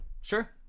Sure